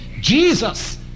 Jesus